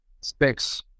specs